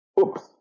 oops